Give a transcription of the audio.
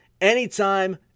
anytime